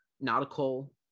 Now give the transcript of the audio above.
nautical